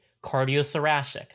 cardiothoracic